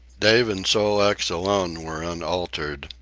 dave and sol-leks alone were unaltered,